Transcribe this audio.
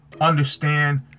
understand